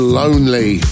lonely